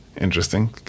interesting